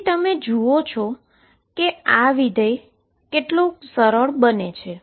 તેથી તમે જુઓ કે આ ફંક્શન કેવી રીતે ખૂબ સરળ બને છે